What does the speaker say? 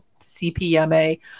CPMA